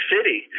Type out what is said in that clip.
City